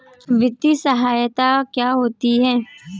वित्तीय सहायता क्या होती है?